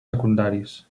secundaris